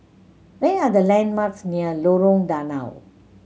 where are the landmarks near Lorong Danau